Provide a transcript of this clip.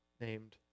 named